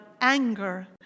anger